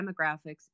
demographics